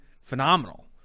phenomenal